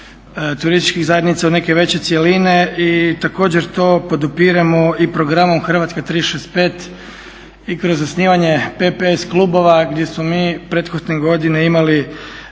turističkih zajednica u neke veće cjeline i također to podupiremo i programom Hrvatska 365 i kroz osnivanje PPS klubova gdje smo mi prethodne godine imali